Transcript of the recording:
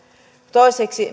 toiseksi